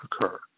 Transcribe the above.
occur